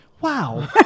Wow